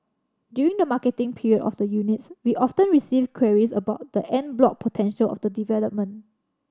during the marketing period of the units we often receive queries about the en bloc potential of the development